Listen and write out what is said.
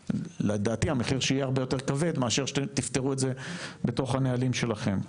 ולדעתי המחיר שיהיה הרבה יותר כבד מאשר שתפתרו את זה בתוך הנהלים שלכם.